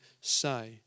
say